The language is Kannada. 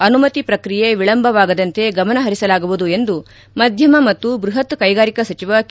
ಅನುಮತ ಪ್ರಕ್ರಿಯೆ ವಿಳಂಬವಾಗದಂತೆ ಗಮನ ಹರಿಸಲಾಗುವುದು ಎಂದು ಮಧ್ಯಮ ಮತ್ತು ಬೃಹತ್ ಕೈಗಾರಿಕಾ ಸಚಿವ ಕೆ